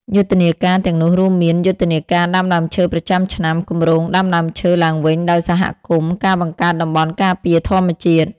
យុទ្ធនាកាទាំងនោះរួមមាន យុទ្ធនាការដាំដើមឈើប្រចាំឆ្នាំ គម្រោងដាំដើមឈើឡើងវិញដោយសហគមន៍ ការបង្កើតតំបន់ការពារធម្មជាតិ។